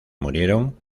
murieron